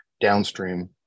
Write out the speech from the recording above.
downstream